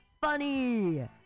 funny